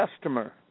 customer